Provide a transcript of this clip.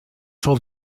told